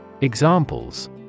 Examples